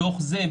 מתוך זה,